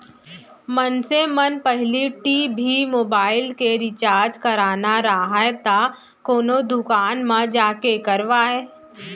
मनसे मन पहिली टी.भी, मोबाइल के रिचार्ज कराना राहय त कोनो दुकान म जाके करवाय